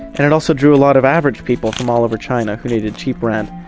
and it also drew a lot of average people from all over china who needed cheap rent,